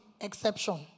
exception